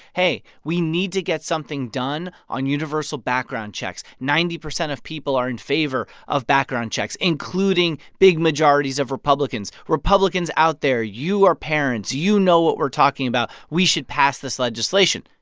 hey, we need to get something done on universal background checks. ninety percent of people are in favor of background checks, including big majorities of republicans. republicans out there, you are parents. you know what we're talking about. we should pass this legislation.